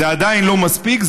זה עדיין לא מספיק,